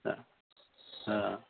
हा हा